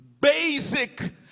basic